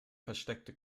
versteckte